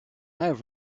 have